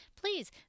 please